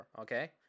Okay